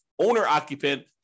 owner-occupant